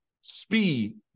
speed